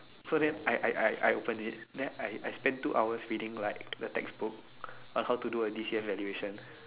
so then I I I I open it and I I spend two hours reading like the textbook on how to do a D_C_F valuation